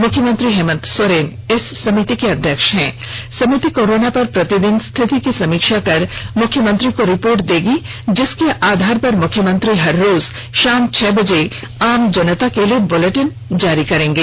मुख्यमंत्री हेमंत सोरेन इस समिति के अध्यक्ष समिति कोरोना पर प्रतिदिन स्थिति की समीक्षा कर मुख्यमंत्री को रिपोर्ट देगी जिसके आधार पर मुख्यमंत्री हर रोज शाम छह बजे आम जनता के लिए बुलेटिन जारी करेंगे